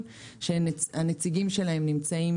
כשאני נוסע בכביש 6,